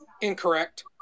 Incorrect